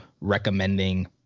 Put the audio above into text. recommending